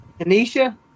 Anisha